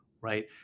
Right